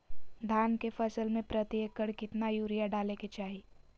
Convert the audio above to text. धान के फसल में प्रति एकड़ कितना यूरिया डाले के चाहि?